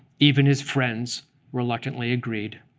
even his friends reluctantly agreed.